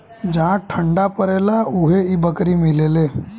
जहा ठंडा परेला उहे इ बकरी मिलेले